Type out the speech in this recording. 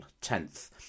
tenth